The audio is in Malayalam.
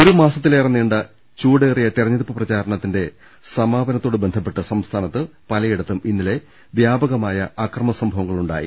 ഒരു മാസത്തിലേറെ നീണ്ട ചൂടേറിയ തെരഞ്ഞെടുപ്പ് പ്രചാരണത്തിന്റെ സമാപനത്തോട് ബന്ധപ്പെട്ട് സംസ്ഥാനത്ത് പലയിടത്തും ഇന്നലെ വ്യാപകമായ അക്രമ സംഭവങ്ങൾ ഉണ്ടായി